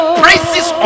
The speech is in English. praises